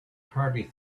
hardly